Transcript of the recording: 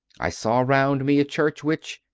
i saw round me a church which,